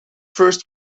first